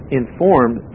informed